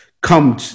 come